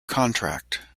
contract